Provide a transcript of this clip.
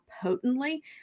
potently